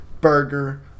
burger